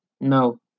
No